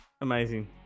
Amazing